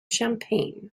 champagne